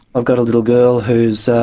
i've got a little girl who so